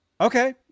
Okay